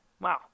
Wow